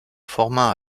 forma